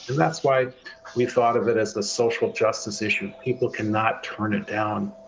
that's why we thought of it as the social justice issue. people can not turn it down